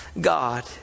God